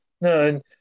No